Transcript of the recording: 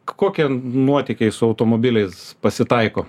kokie nuotykiai su automobiliais pasitaiko